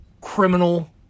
criminal